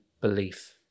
belief